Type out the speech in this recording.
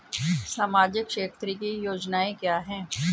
सामाजिक क्षेत्र की योजनाएं क्या हैं?